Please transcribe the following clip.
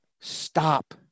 stop